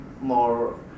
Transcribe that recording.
more